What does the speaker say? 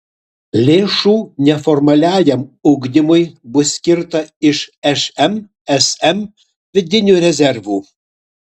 lėšų neformaliajam ugdymui bus skirta iš šmsm vidinių rezervų